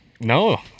No